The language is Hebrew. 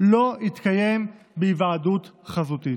לא יתקיים בהיוועדות חזותית.